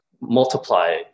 multiply